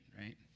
right